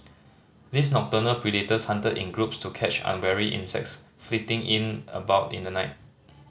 these nocturnal predators hunted in groups to catch unwary insects flitting in about in the night